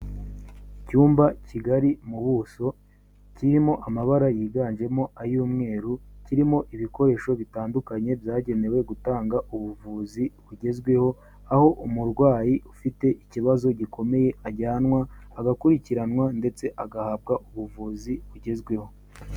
icyumba kigari mu buso kirimo amabara yiganjemo ay'umweru, kirimo ibikoresho bitandukanye byagenewe gutanga ubuvuzi bugezweho aho umurwayi ufite ikibazo gikomeye ajyanwa agakurikiranwa ndetse agahabwa ubuvuzi bugezweho.